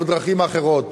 אבל בדרכים אחרות.